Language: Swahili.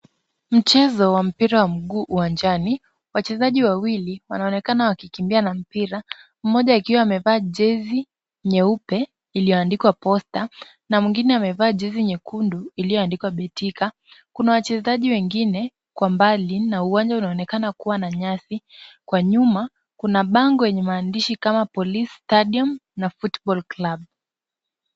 Mchezo wa mpira wa mguu uwanjani. Wachezaji wawili wanaonekana wakikimbia na mpira, mmoja akiwa amevaa jezi nyeupe iliyoandikwa Posta na mwingine amevaa jezi nyekundu iliyoandikwa Betika. Kuna wachezaji wengine kwa mbali na uwanja unaonekana kuwa na nyasi. Kwa nyuma, kuna bango yenye maandishi kama Police stadium na football club .